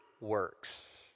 works